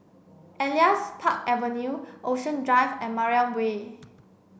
Elias Park Avenue Ocean Drive and Mariam Way